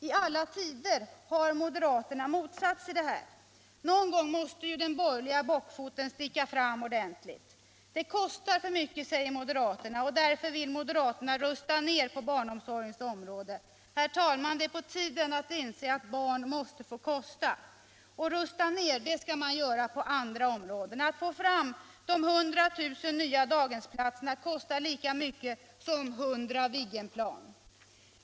I alla tider har moderaterna motsatt sig detta. Någon gång måste ju den borgerliga bockfoten sticka fram ordentligt. Det kostar för mycket, säger moderaterna, och därför vill de rusta ner på barnomsorgens område. Det är på tiden, herr talman, att inse att barn måste få kosta. Och rusta ner skall man göra på andra områden. Att få fram de 100 000 nya daghemsplatserna kostar lika mycket som 100 Viggenplan.